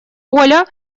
оля